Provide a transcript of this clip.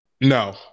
No